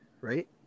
right